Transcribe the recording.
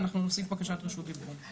ואנחנו נוסיף בקשת רשות דיבור.